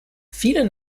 viele